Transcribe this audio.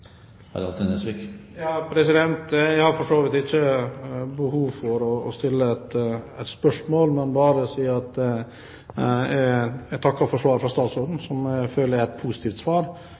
Jeg har for så vidt ikke behov for å stille et spørsmål, men vil bare si at jeg takker for svaret fra statsråden, som jeg føler er positivt.